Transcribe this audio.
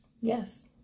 Yes